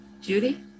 Judy